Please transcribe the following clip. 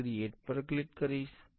હું ક્રિએટ પર ક્લિક કરીશ